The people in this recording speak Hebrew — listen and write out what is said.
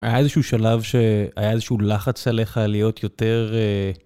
היה איזשהו שלב שהיה איזשהו לחץ עליך להיות יותר...